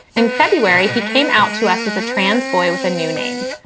in february, he came out to us as a trans boy with a new name.